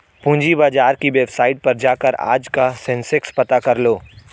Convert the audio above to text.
पूंजी बाजार की वेबसाईट पर जाकर आज का सेंसेक्स पता करलो